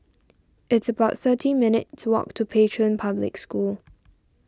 it's about thirty minutes' walk to Pei Chun Public School